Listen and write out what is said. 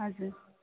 हजुर